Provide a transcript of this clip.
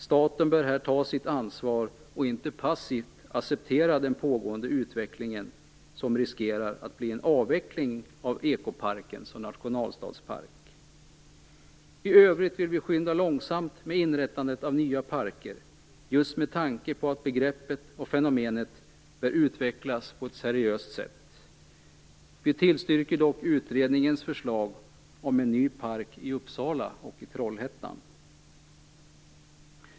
Staten bör här ta sitt ansvar och inte passivt acceptera den pågående utvecklingen, som riskerar att leda till en avveckling av ekoparken som nationalstadspark. I övrigt vill vi skynda långsamt med inrättandet av nya parker, just med tanke på att begreppet och fenomenet bör utvecklas på ett seriöst sätt. Vi tillstyrker dock utredningens förslag om en ny park i Uppsala och en i Trollhättan.